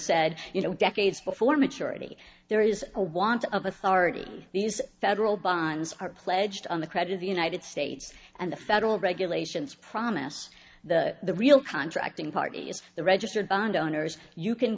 said you know decades before maturity there is a want of authority these federal bonds are pledged on the credit of the united states and the federal regulations promise that the real contracting party is the registered bond owners you can